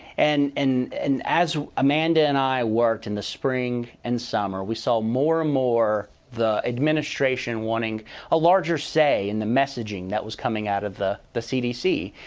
and and as amanda and i worked in the spring and summer, we saw more and more the administration wanting a larger say in the messaging that was coming out of the the cdc.